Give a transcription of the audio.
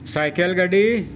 cycle ᱜᱟᱹᱰᱤ